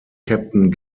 captain